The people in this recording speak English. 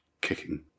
kicking